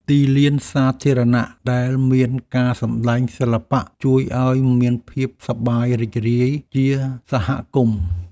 ទីលានសាធារណៈដែលមានការសម្តែងសិល្បៈ ជួយឱ្យមានភាពសប្បាយរីករាយជាសហគមន៍។